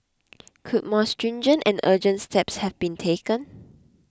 could more stringent and urgent steps have been taken